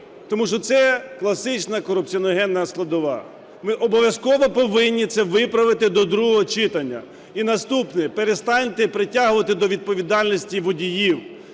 Тому що це класична корупціогенна складова. Ми обов'язково повинні це виправити до другого читання. І наступне. Перестаньте притягувати до відповідальності водіїв.